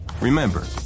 Remember